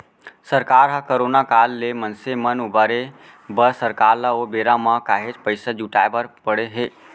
सरकार ह करोना काल ले मनसे मन उबारे बर सरकार ल ओ बेरा म काहेच पइसा जुटाय बर पड़े हे